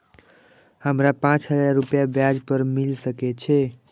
हमरा पाँच हजार रुपया ब्याज पर मिल सके छे?